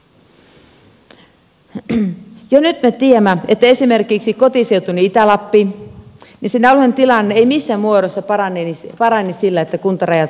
jo nyt me tiedämme että esimerkiksi kotiseutuni itä lappi ja sen alueen tilanne eivät missään muodossa paranisi sillä että kuntarajat poistetaan